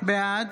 בעד